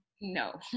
no